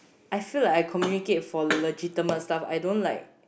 I feel like I communicate for legitimate stuff I don't like